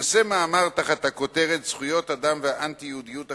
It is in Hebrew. פרסם מאמר תחת הכותרת "זכויות אדם והאנטי-יהודיות החדשה,